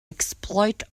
exploit